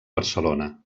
barcelona